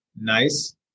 nice